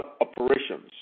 operations